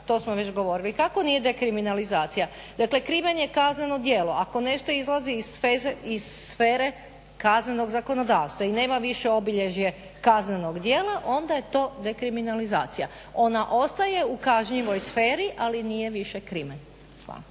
to smo već govorili. Kako nije dekriminalizacija? Dakle, krimen je kazneno djelo. Ako nešto izlazi iz sfere kaznenog zakonodavstva i nema više obilježje kaznenog djela onda je to dekriminalizacija. Ona ostaje u kažnjivoj sferi ali nije više krimen. Hvala.